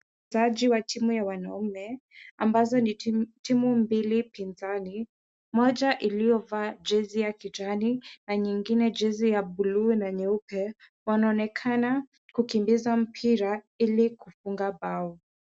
Taji wa timu ya wanaume ambazo ni timu mbili pinzani, moja iliyovaa jezi ya kijani na nyingine jezi ya blue na nyeupe wanaonekana kukimbiza mpira ilikufunga mbao.